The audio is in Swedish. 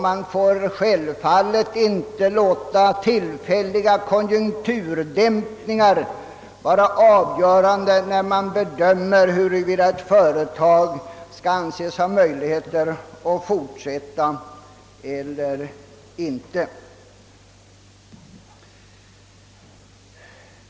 Man får självfallet heller inte låta tillfälliga konjunkturdämpningar vara avgörande vid bedömandet av huruvida ett företag skall anses ha möjlighet att fortsätta eller inte.